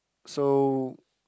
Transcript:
so